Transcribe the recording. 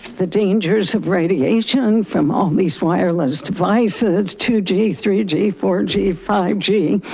the dangers of radiation from all these wireless devices. two g, three g, four g, five g.